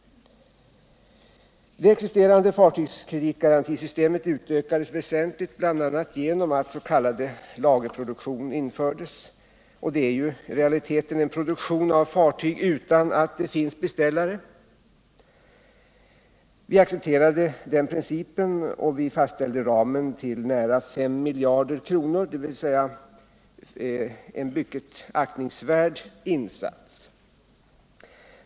Det existerande fartygskreditgarantisystemet utökades väsentligt bl.a. genom att s.k. lagerproduktion infördes. Det är i realiteten en produktion av fartyg utan att det finns beställare. Vi accepterade den principen och vi fastställde ramen till nära 5 miljarder kronor, dvs. en mycket aktningsvärd insats.